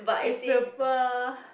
is super